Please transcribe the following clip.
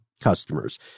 customers